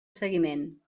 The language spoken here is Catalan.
seguiment